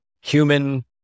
human